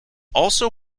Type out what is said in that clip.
also